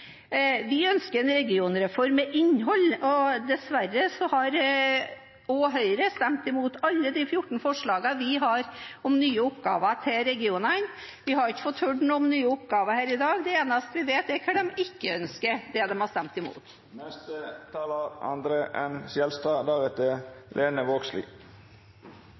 Vi ønsker en regionreform med innhold, og dessverre har også Høyre stemt imot alle de 14 forslagene vi har om nye oppgaver til regionene. Vi har ikke fått høre om nye oppgaver her i dag. Det eneste vi vet, er hva de ikke ønsker – det de har stemt imot.